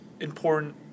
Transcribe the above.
important